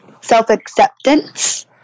self-acceptance